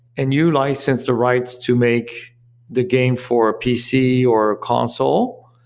and you license the rights to make the game for a pc, or console,